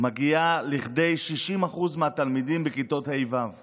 מגיעות לכדי 60% מהתלמידים בכיתות ה', ו',